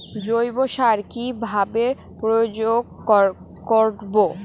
জৈব সার কি ভাবে প্রয়োগ করব?